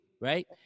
right